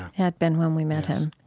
had been when we met him.